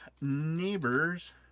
neighbors